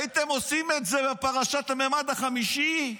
הייתם עושים את זה בפרשת המימד החמישי?